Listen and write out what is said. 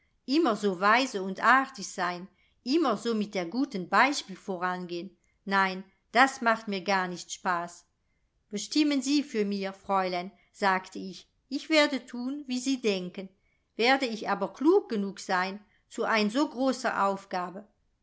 immer so weise und artig sein immer so mit der guten beispiel vorangehn nein das macht mir gar nicht spaß bestimmen sie für mir fräulein sagte ich ich werde thun wie sie denken werde ich aber klug genug sein zu ein so großer aufgabe